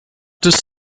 des